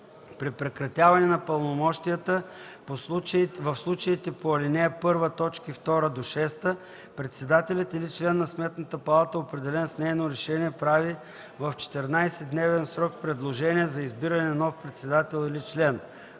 При прекратяване на пълномощията в случаите по ал. 1, т. 2-6 председателя или член на Сметната палата, определен с нейно решение, прави в 14-дневен срок предложение за избиране на нов председател или член.